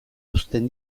uzten